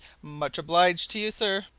much obliged to you, sir.